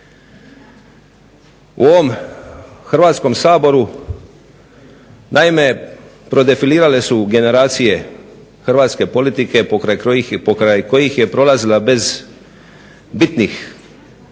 U ovom Hrvatskom saboru naime prodefilirale su generacije hrvatske politike pokraj kojih je prolazila bez bitnih